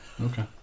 Okay